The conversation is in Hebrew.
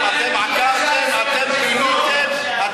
החזרתם, אתם עקרתם, אתם פיניתם.